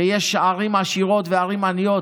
שיש ערים עשירות וערים עניות.